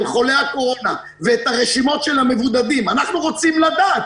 חולי הקורונה ואת הרשימות של המבודדים אנחנו רוצים לדעת.